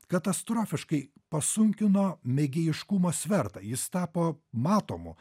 katastrofiškai pasunkino mėgėjiškumo svertą jis tapo matomu